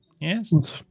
Yes